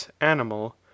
animal